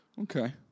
Okay